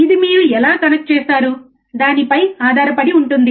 ఇది మీరు ఎలా కనెక్ట్ చేస్తారూ దానిపై ఆధారపడి ఉంటుంది